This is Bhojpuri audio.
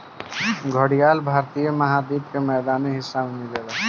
घड़ियाल भारतीय महाद्वीप के मैदानी हिस्सा में मिलेला